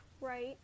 Right